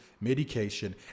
medication